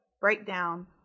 breakdown